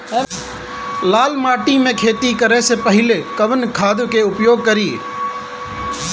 लाल माटी में खेती करे से पहिले कवन खाद के उपयोग करीं?